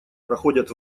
проходят